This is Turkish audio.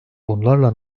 bunlarla